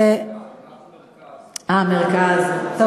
מרכז, מרכז, אנחנו מרכז.